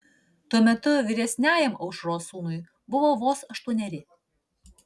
tuo metu vyresniajam aušros sūnui buvo vos aštuoneri